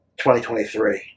2023